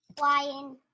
Lion